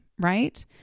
Right